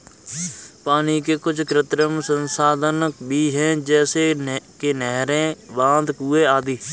पानी के कुछ कृत्रिम संसाधन भी हैं जैसे कि नहरें, बांध, कुएं आदि